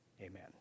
Amen